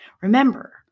Remember